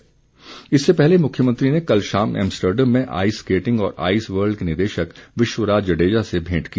skating इससे पहले मुख्यमंत्री ने कल शाम एमस्टरडैम में आईस स्केटिंग और आईस वर्ल्ड के निदेशक विश्वराज जडेजा से भेंट की